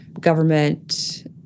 government